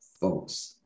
folks